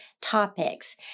topics